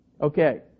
okay